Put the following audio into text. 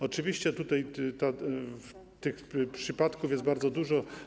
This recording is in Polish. Oczywiście tych przypadków jest bardzo dużo.